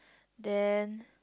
then